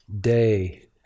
day